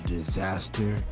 Disaster